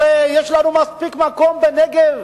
הרי יש לנו מספיק מקום בנגב,